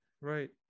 Right